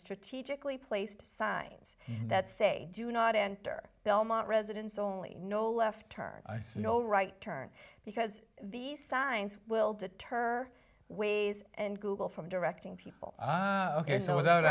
strategically placed signs that say do not enter belmont residence only no left turn ice no right turn because these signs will deter ways and google from directing people ok so without